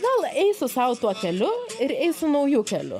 gal eisiu sau tuo keliu ir eisiu nauju keliu